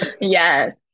Yes